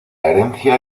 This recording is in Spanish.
herencia